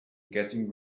getting